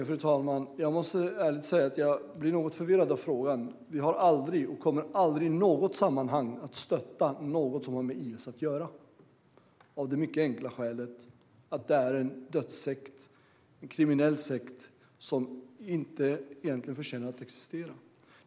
Fru talman! Jag måste ärligt säga att jag blir något förvirrad av frågan. Vi har aldrig stöttat och kommer aldrig att i något sammanhang stötta något som har med IS att göra av det mycket enkla skälet att det är en dödssekt, en kriminell sekt som inte förtjänar att existera.